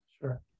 Sure